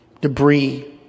debris